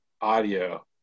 audio